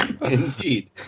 Indeed